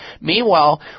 Meanwhile